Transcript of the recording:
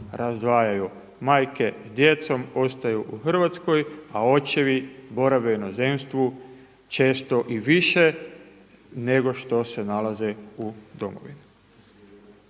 razdvajaju. Majke s djecom ostaju u Hrvatskoj, a očevi borave u inozemstvu često i više nego što se nalazi u Domovini.